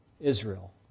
Israel